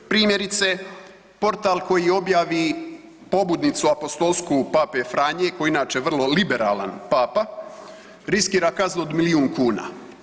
Primjerice, portal koji objavio pobudnicu apostolska pape Franje koji je inače vrlo liberalan papa, riskira kaznu od milijun kuna.